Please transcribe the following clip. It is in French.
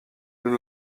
nous